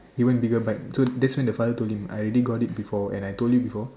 even bigger bite so that's when the father told him I already got it before and I told you before